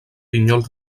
pinyol